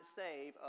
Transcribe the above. save